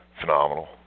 phenomenal